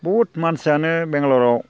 बहुत मानसियानो बेंगालराव